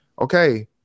okay